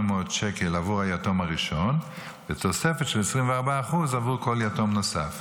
שקל בעבור היתום הראשון ותוספת של 24% בעבור כל יתום נוסף.